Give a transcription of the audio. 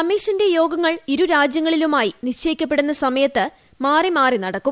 കമ്മീഷന്റെ യോഗങ്ങൾ ഇരു രാജ്യങ്ങളിലുമായി ്ട്രനിശ്ചയിക്കപ്പെടുന്ന സമയത്ത് മാറിമാറി നടക്കും